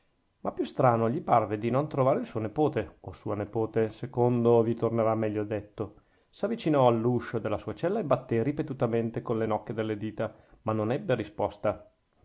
ma più strano gli parve di non trovare il suo nepote o sua nepote secondo vi tornerà meglio detto s'avvicinò all'uscio della sua cella e battè ripetutamente con le nocche delle dita ma non ebbe risposta